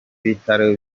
bitaro